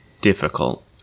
difficult